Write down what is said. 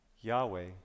Yahweh